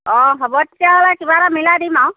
অঁ হ'ব তেতিয়াহ'লে কিবা এটা মিলাই দিম আৰু